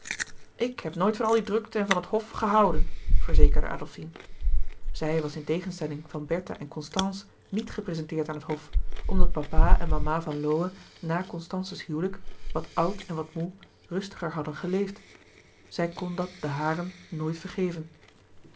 ik heb nooit van al die drukte en van het hof gehouden verzekerde adolfine zij was in tegenstelling van bertha en constance niet geprezenteerd aan het hof omdat papa en mama van lowe na constance's huwelijk wat oud en wat moê rustiger hadden geleefd zij kon dat den haren nooit vergeven